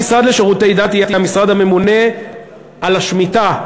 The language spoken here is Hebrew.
התשמ"ח 1988. המשרד לשירותי דת יהיה המשרד הממונה על השמיטה,